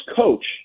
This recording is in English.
coach